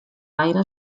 aire